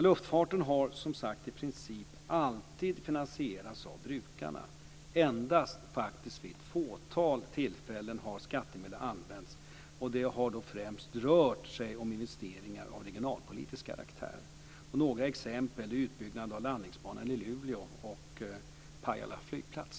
Luftfarten har som sagt i princip alltid finansierats av brukarna. Endast vid ett fåtal tillfällen har skattemedel använts. Det har då främst rört sig om investeringar av regionalpolitisk karaktär. Några exempel är utbyggnad av landningsbanan i Luleå och Pajala flygplats.